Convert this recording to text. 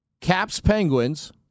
Caps-Penguins